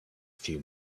few